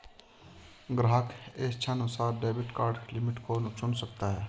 ग्राहक इच्छानुसार debit card limit को चुन सकता है